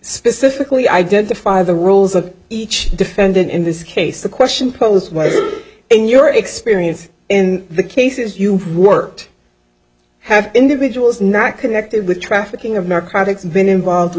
specifically identify the roles of each defendant in this case the question posed in your experience in the cases you've worked have individuals not connected with trafficking of narcotics been involved with